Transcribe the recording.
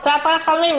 קצת רחמים,